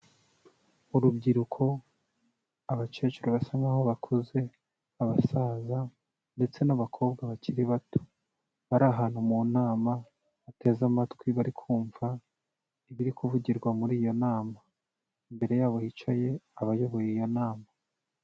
Urubyiruko, abakecuru basa nk'aho bakuze, abasaza ndetse n'abakobwa bakiri bato. bari ahantu mu nama, bateze amatwi bari kumva ibiri kuvugirwa muri iyo nama. imbere yabo hicaye, abayoboye iyo nama.